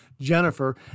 Jennifer